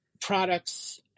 products